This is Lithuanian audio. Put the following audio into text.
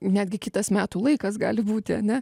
netgi kitas metų laikas gali būti ane